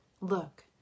Look